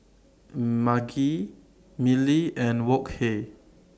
Maggi Mili and Wok Hey